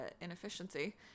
inefficiency